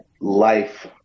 life